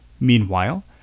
Meanwhile